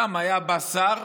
פעם היה בא שר,